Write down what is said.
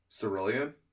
cerulean